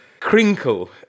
crinkle